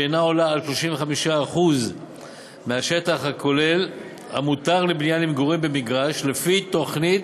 שאינה עולה על 35% מהשטח הכולל המותר לבנייה למגורים במגרש לפי תוכנית,